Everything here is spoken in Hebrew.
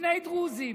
שני דרוזים,